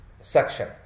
Section